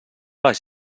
les